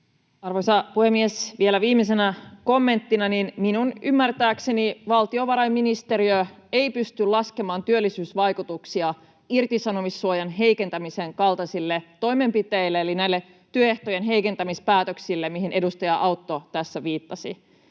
Arvoisa puhemies! Vielä viimeisenä kommenttina. Minun ymmärtääkseni valtiovarainministeriö ei pysty laskemaan työllisyysvaikutuksia irtisanomissuojan heikentämisen kaltaisille toimenpiteille eli näille työehtojen heikentämispäätöksillä, mihin edustaja Autto tässä viittasi.